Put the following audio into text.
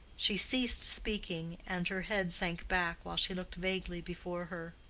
she ceased speaking, and her head sank back while she looked vaguely before her.